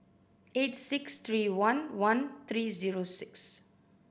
eight six three one one three zero six